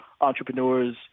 Entrepreneurs